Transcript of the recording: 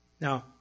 Now